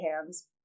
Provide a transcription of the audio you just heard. hands